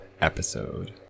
episode